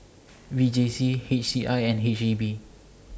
V J C H C I and H E B